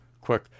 quick